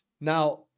Now